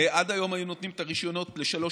עד היום היו נותנים את הרישיונות לשלוש